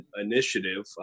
initiative